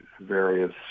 various